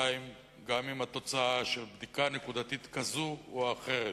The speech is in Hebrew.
2. גם אם התוצאה של בדיקה נקודתית, כזאת או אחרת,